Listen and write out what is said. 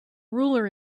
ruler